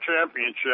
championship